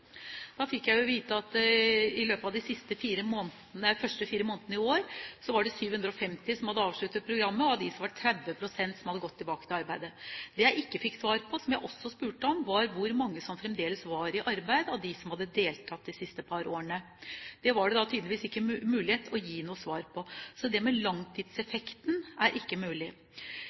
Da fikk jeg vite at i løpet av de første fire månedene i år hadde 750 avsluttet programmet, og av dem hadde 30 pst. gått over til arbeid. Det jeg ikke fikk svar på, som jeg også spurte om, var hvor mange som fremdeles var i arbeid av dem som hadde deltatt de siste par årene. Det var det tydeligvis ikke mulig å gi noe svar på. Så det med langtidseffekten er ikke mulig